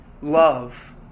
Love